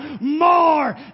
more